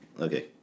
okay